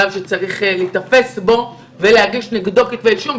שלב שצריך להיתפס בו ולהגיש נגדו כתבי אישום.